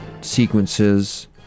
sequences